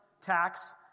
tax